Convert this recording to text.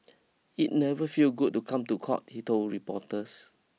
it never feel good to come to court he told reporters